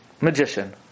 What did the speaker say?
magician